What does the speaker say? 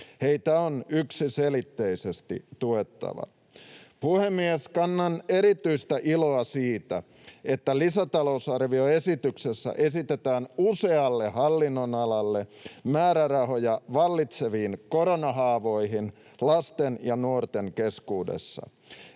Heitä on yksiselitteisesti tuettava. Puhemies! Kannan erityistä iloa siitä, että lisätalousarvioesityksessä esitetään usealle hallinnonalalle määrärahoja olemassa oleviin koronahaavoihin lasten ja nuorten keskuudessa.